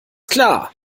klar